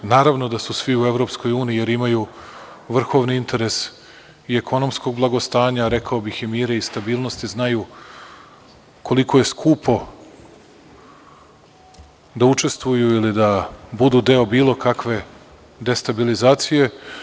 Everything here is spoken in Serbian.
Naravno da su svi u EU jer imaju vrhovni interes i ekonomsko blagostanje, a rekao bih i mir i stabilnost i znaju koliko je skupo da učestvuju ili da budu deo bilo kakve destabilizacije.